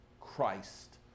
Christ